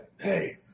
hey